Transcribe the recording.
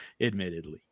admittedly